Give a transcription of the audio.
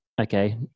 okay